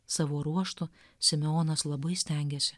savo ruožtu simeonas labai stengiasi